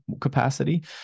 capacity